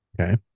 Okay